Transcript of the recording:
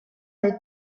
les